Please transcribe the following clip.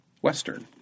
Western